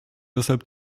deshalb